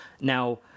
Now